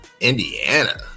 Indiana